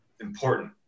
important